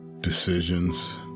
Decisions